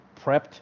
prepped